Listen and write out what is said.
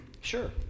Sure